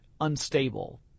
unstable